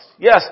Yes